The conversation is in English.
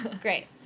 Great